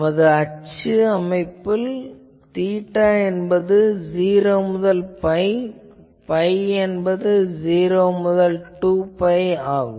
நமது அச்சு அமைப்பில் தீட்டா என்பது 0 முதல் பை மற்றும் phi என்பது 0 முதல் 2 பை ஆகும்